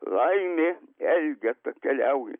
laimė elgeta keliauja